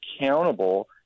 accountable